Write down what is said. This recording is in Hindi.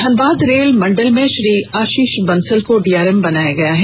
धनबाद रेल मंडल में श्री आशीष बंसल को डीआरएम बनाया गया है